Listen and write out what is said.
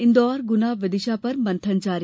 इन्दौर गुना विदिशा पर मंथन जारी